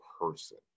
person